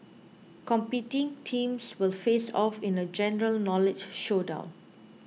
competing teams will face off in a general knowledge showdown